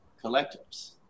collectors